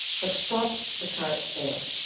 but stopped the cart there.